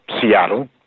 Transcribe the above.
Seattle